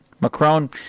Macron